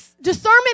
Discernment